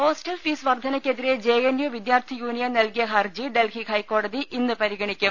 hostel fees വർധനയ്ക്കെതിരെ JNU വിദ്യാർത്ഥി union നൽകിയ ഹർജി ഡൽഹി ഹൈക്കോടതി ഇന്ന് പരിഗ ണിക്കും